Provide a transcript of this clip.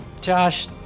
Josh